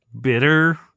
bitter